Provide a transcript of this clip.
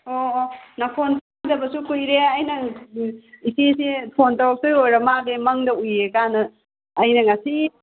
ꯑꯣ ꯑꯣ ꯅꯈꯣꯟ ꯇꯥꯗꯕꯁꯨ ꯀꯨꯏꯔꯦ ꯑꯩꯅ ꯏꯆꯦꯁꯦ ꯐꯣꯟ ꯇꯧꯔꯛꯇꯣꯏ ꯑꯣꯏꯔ ꯃꯥꯜꯂꯦ ꯃꯪꯗ ꯎꯏꯌꯦ ꯒꯥꯅ ꯑꯩꯅ ꯉꯁꯤ